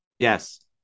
Yes